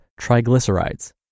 triglycerides